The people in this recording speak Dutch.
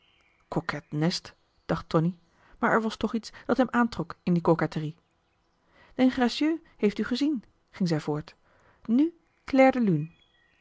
coquet nest dacht tonie maar er was toch iets dat hem aantrok in die coquetterie den gracieux heeft u gezien ging zij voort nu clair de